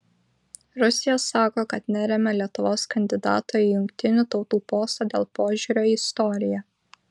rusija sako kad neremia lietuvos kandidato į jungtinių tautų postą dėl požiūrio į istoriją